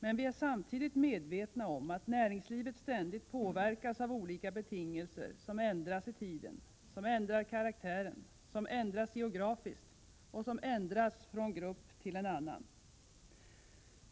Men vi är samtidigt medvetna om att näringslivet ständigt påverkas av olika betingelser som ändras i tiden, som ändrar karaktär, som ändras geografiskt och som ändras från en grupp till en annan.